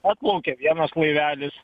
atplaukė vienas laivelis